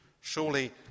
Surely